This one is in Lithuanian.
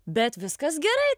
bet viskas gerai